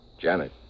Janet